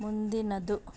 ಮುಂದಿನದು